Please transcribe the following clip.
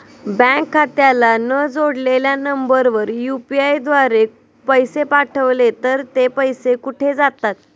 Bank खात्याला न जोडलेल्या नंबरवर यु.पी.आय द्वारे पैसे पाठवले तर ते पैसे कुठे जातात?